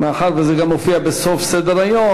מאחר שזה גם מופיע בסוף סדר-היום,